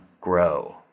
grow